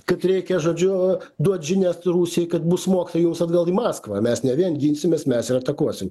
kad reikia žodžiu duot žinią rusijai kad bus smogta jums atgal į maskvą mes ne vien ginsimės mes ir atakuosim